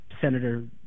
Senator